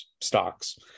stocks